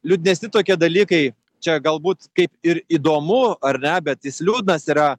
liūdnesni tokie dalykai čia galbūt kaip ir įdomu ar ne bet jis liūdnas yra